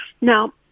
Now